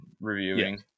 reviewing